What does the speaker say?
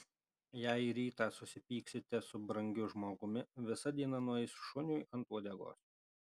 jei rytą susipyksite su brangiu žmogumi visa diena nueis šuniui ant uodegos